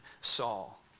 Saul